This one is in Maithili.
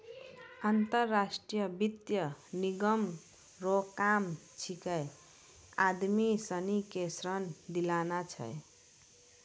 अंतर्राष्ट्रीय वित्त निगम रो काम छिकै आदमी सनी के ऋण दिलाना छै